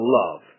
love